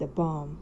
the bomb